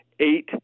eight